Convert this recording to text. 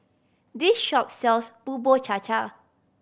this shop sells Bubur Cha Cha